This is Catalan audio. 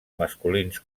masculins